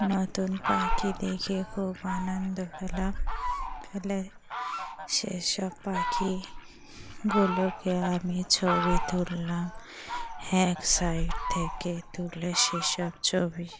নতুন পাখি দেখে খুব আনন্দ পেলাম পেলে সেসব পাখিগুলোকে আমি ছবি তুললাম এক সাইড থেকে তুলে সেসব ছবি